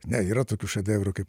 ne yra tokių šedevrų kaip